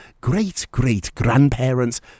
great-great-grandparents